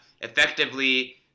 effectively